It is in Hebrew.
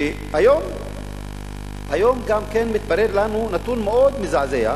שהיום גם מתברר לנו נתון מאוד מזעזע,